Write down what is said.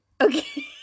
Okay